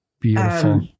beautiful